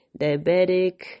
diabetic